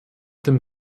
dem